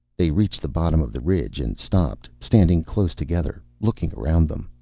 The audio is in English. they reached the bottom of the ridge and stopped, standing close together, looking around them.